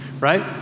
right